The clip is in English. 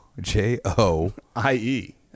J-O-I-E